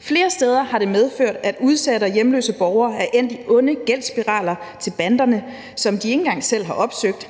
Flere steder har det medført, at udsatte og hjemløse borgere er endt i en ond gældsspiral i forhold til banderne, som de ikke engang selv har opsøgt.